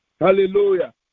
Hallelujah